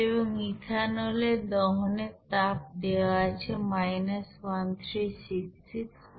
এবং ইথানলের দহনের তাপ দেওয়া আছে 136691